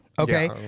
okay